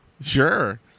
Sure